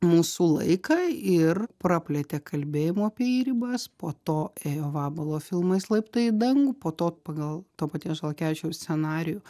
mūsų laiką ir praplėtė kalbėjimo apie jį ribas po to ėjo vabalo filmas laiptai dangų po to pagal to paties žalakevičiaus scenarijų